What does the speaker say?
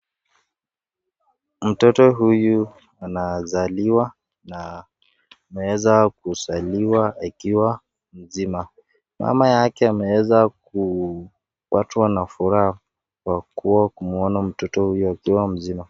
Mtoto huyu anazaliwa na ameweza kuzaliwa akiwa mzima. Mama yake ameweza kuwachwa na furaha Kwa kua kumuona mtoto huyu akiwa mzima.